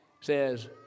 says